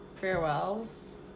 farewells